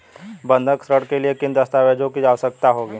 बंधक ऋण के लिए किन दस्तावेज़ों की आवश्यकता होगी?